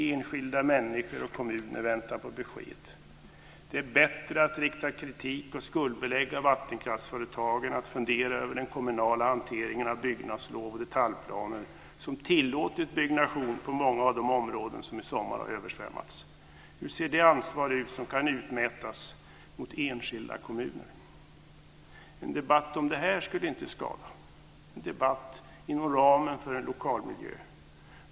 Enskilda människor och kommuner väntar på besked. Det är bättre att rikta kritik och skuldbelägga vattenkraftsföretagen än att fundera över den kommunala hanteringen av byggnadslov och detaljplaner som tillåtit byggnation på många av de områden som i sommar har översvämmats. Hur ser det ansvar ut som kan utmätas mot enskilda kommuner? En debatt om det här skulle inte skada - en debatt inom ramen för en lokalmiljö.